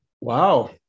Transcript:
Wow